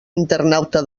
internauta